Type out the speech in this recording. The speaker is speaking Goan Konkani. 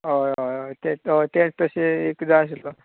हय हय तेंच हय तेंच तशें एक जाय आशिल्लो